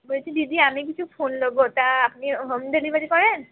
বলছি দিদি আমি কিছু ফুল নেবো তা আপনি হোম ডেলিভারি করেন